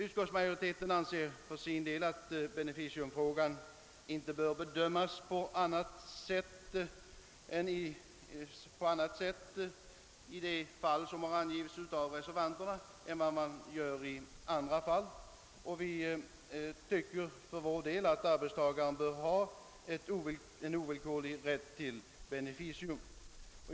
Utskottsmajoriteten anser för sin det att beneficiumfrågan i de fall som har angivits av reservanterna bör bedömas på samma sätt som eljest och för att arbetstagaren bör ha en ovillkorlig rätt till beneficium.